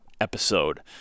episode